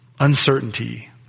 uncertainty